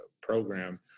program